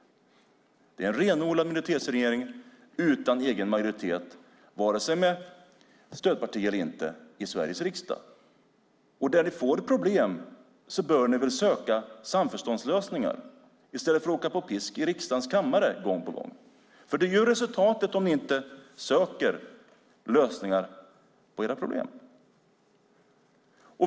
Det är en renodlad minoritetsregering utan egen majoritet med eller utan stödpartier i Sveriges riksdag. När ni får problem bör ni väl söka samförståndslösningar i stället för att gång på gång åka på pisk i riksdagens kammare? Det är resultatet om ni inte söker lösningar på era problem.